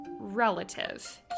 relative